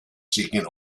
seeking